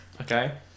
okay